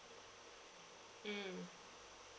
mm